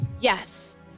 Yes